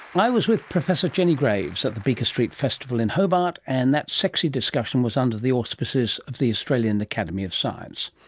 i was with professor jenny graves at the beaker street festival in hobart, and that sexy discussion was under the auspices of the australian academy of science.